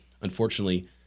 unfortunately